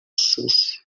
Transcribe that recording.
sos